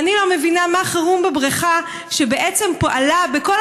ואני לא מבינה מה חירום בבריכה שבעצם פעלה בכל